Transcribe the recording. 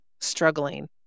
struggling